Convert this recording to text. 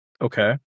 Okay